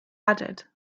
added